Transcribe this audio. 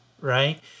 right